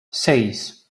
seis